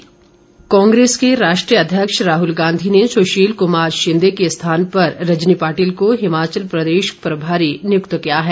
रजनी पाटिल कांग्रेस के राष्ट्रीय अध्यक्ष राहल गांधी ने सुशील कुमार शिंदे के स्थान पर रजनी पाटिल को हिमाचल कांग्रेस प्रभारी नियुक्त किया है